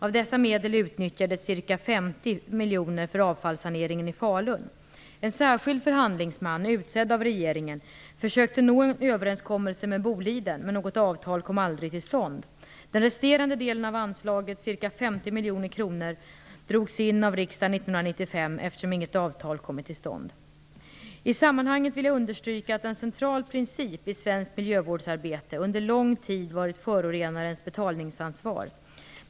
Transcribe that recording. Av dessa medel utnyttjades ca 50 miljoner för avfallssaneringen i Falun. En särskild förhandlingsman, utsedd av regeringen, försökte nå en överenskommelse med Boliden, men något avtal kom aldrig till stånd. Den resterande delen av anslaget, ca 50 miljoner kronor, drogs in av riksdagen 1995, eftersom inget avtal kommit till stånd. I sammanhanget vill jag understryka att en central princip i svenskt miljövårdsarbete under lång tid har varit förorenarens betalningsansvar, polluter pays principle.